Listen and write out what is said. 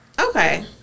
okay